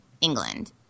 England